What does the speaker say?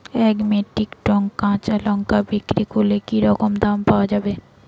এক metric tonne কাঁচা লঙ্কা বিক্রি করলে কি রকম দাম পাওয়া যাবে?